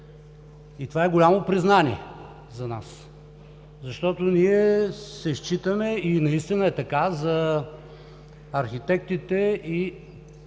И това е голямо признание за нас, защото ние се считаме, и наистина е така, за архитектите и